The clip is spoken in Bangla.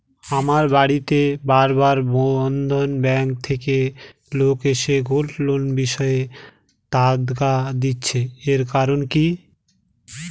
আমার বাড়িতে বার বার বন্ধন ব্যাংক থেকে লোক এসে গোল্ড লোনের বিষয়ে তাগাদা দিচ্ছে এর কারণ কি?